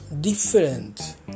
different